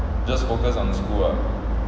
just focus on school ah